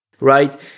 right